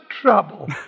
trouble